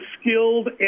skilled